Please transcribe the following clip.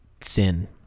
sin